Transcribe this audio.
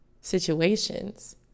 situations